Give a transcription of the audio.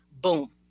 Boom